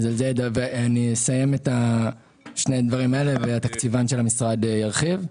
אסיים את הפירוט והתקציבן של המשרד ירחיב.